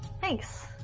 Thanks